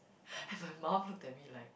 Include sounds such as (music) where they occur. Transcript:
(breath) and my mum looked at me like